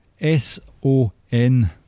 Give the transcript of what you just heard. S-O-N